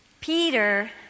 Peter